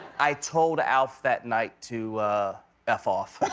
i told alf that night to f off.